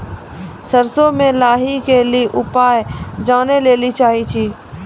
सरसों मे लाही के ली उपाय जाने लैली चाहे छी?